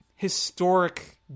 historic